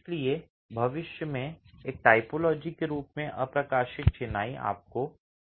इसलिए भविष्य में एक टाइपोलॉजी के रूप में अप्रकाशित चिनाई आपको